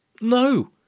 no